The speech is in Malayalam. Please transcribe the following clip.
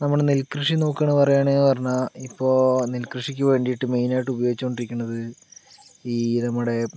നമ്മള് നെൽകൃഷി നോക്കുകയാണ് പറയുകയാണ് പറഞ്ഞാൽ ഇപ്പോൾ നെൽകൃഷിക്ക് വേണ്ടീട്ട് മെയിനായിട്ട് ഉപയോഗിച്ചുകൊണ്ടിരിക്കണത് ഈ നമ്മുടെ